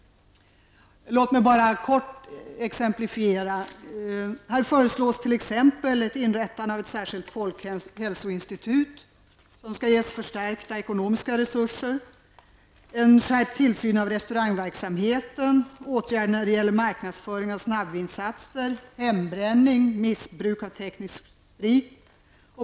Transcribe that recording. Det föreslås t.ex. inrättande av ett särskilt folkhälsoinstitut, som skall ges förstärkta ekonomiska resurser. Det föreslås vidare en skärpt tillsyn av restaurangverksamheten, åtgärder när det gäller marknadsföring av snabbvinsatser, hembränning och missbruk av teknisk sprit.